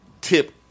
tip